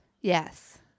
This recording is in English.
Yes